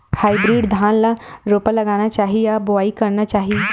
Hybrid धान ल रोपा लगाना चाही या बोआई करना चाही?